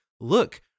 look